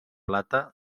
plata